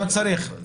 לא צריך.